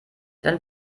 dann